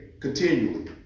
continually